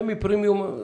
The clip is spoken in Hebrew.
"פמי פרימיום",